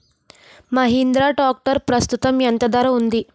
Mahindra tractor ప్రస్తుతం ఎంత ధర ఉంది?